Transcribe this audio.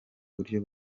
buryo